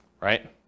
right